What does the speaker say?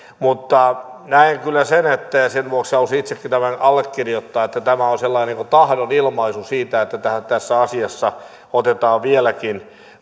mutta näen kyllä sen ja sen vuoksi halusin itsekin tämän allekirjoittaa että tämä on sellainen niin kuin tahdonilmaisu siitä että tässä asiassa otetaan vieläkin